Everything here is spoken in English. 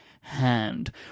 hand